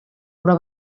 però